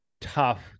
tough